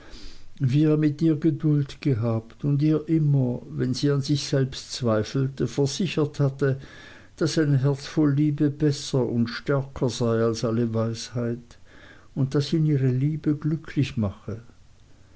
wie er mit ihr geduld gehabt und ihr immer wenn sie an sich selbst zweifelte versichert hatte daß ein herz voll liebe besser und stärker sei als alle weisheit und daß ihn ihre liebe glücklich mache